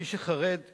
מי שחרד כמוני,